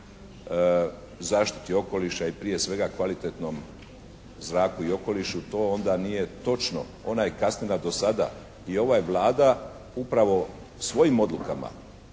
zaštiti okoliša i prije svega, kvalitetnom zraku i okolišu, to onda nije točno. Ona je kasnila do sada i ova je Vlada upravo svojim odlukama